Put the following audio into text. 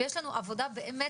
ויש לנו עבודה באמת,